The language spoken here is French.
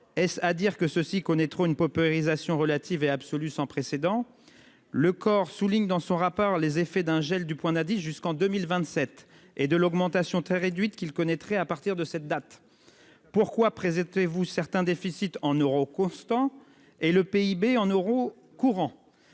Est-ce à dire que ceux-ci connaîtront une paupérisation relative et absolue sans précédent. Le corps souligne dans son rapport les effets d'un gel du point d'indice jusqu'en 2027 et de l'augmentation très réduite qu'il connaîtrait à partir de cette date. Pourquoi. Présentez-vous certains déficits en euros constants et le PIB en euros courants.